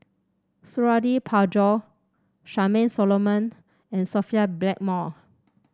Suradi Parjo Charmaine Solomon and Sophia Blackmore